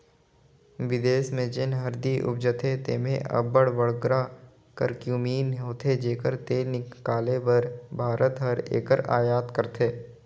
बिदेस में जेन हरदी उपजथे तेम्हें अब्बड़ बगरा करक्यूमिन होथे जेकर तेल हिंकाले बर भारत हर एकर अयात करथे